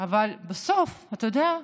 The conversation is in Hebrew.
אבל בסוף, אתה יודע,